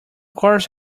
course